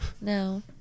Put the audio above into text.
no